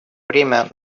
время